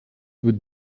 would